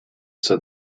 said